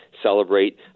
Celebrate